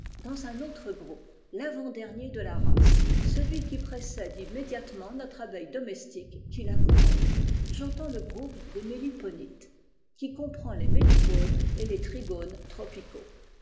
dans un autre groupe ravant demîer de la race celui qui précède immédiatement notre abeille domestique qui la couronne jentends le groupe des méliponites qui comprend les mélipones et les trigones tropicaux